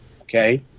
Okay